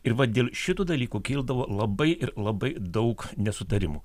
ir va dėl šitų dalykų kildavo labai ir labai daug nesutarimų